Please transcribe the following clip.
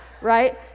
right